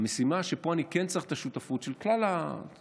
המשימה שבה אני כן צריך את השותפות של כלל הציבור,